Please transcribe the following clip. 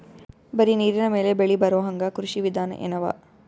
ಬರೀ ನೀರಿನ ಮೇಲೆ ಬೆಳಿ ಬರೊಹಂಗ ಕೃಷಿ ವಿಧಾನ ಎನವ?